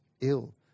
ill